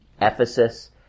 Ephesus